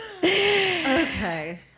Okay